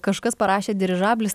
kažkas parašė dirižablis